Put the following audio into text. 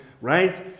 right